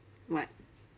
what